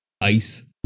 ice